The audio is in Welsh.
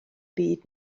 byd